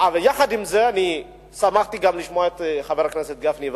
יחד עם זה, אני שמחתי גם לשמוע את חבר הכנסת גפני.